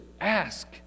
Ask